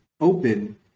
open